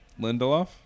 Lindelof